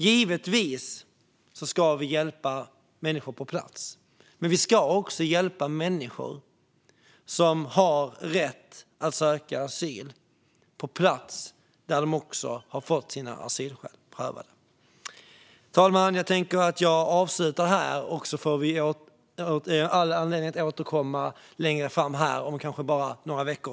Givetvis ska vi hjälpa människor på plats, men vi ska också hjälpa människor som har rätt att söka asyl, på plats där de har fått sina asylskäl prövade. Fru talman! Jag avslutar här, och så får vi all anledning att återkomma längre fram, förhoppningsvis om bara några veckor.